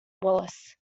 wallace